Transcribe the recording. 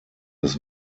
des